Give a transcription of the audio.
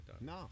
No